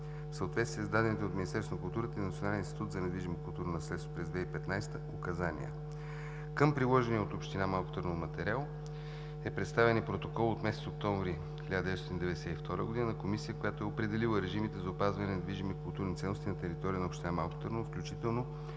в съответствие с дадените от Министерството на културата и Националния институт за недвижимо културно наследство през 2015 г. указания. Към приложения от общината Малко Търново материал е представен и протокол от месец октомври 1992 г. на комисия, която е определила режимите за опазване на недвижими културни ценности на територията на община Малко Търново, включително